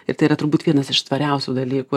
ir tai yra turbūt vienas iš tvariausių dalykų